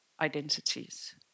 identities